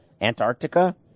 Antarctica